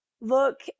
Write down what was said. look